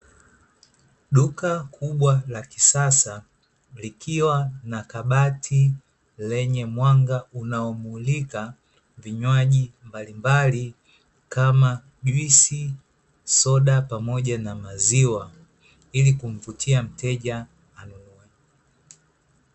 Duka kubwa la kisasa, likiwa na kabati lenye mwanga unaomulika vinywaji mbalimbali kama juisi, soda pamoja na maziwa ili kumvutia mteja anunuwe.